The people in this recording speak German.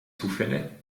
zufälle